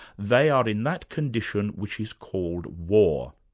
they are in that condition which is called war.